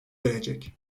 verecek